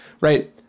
right